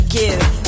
give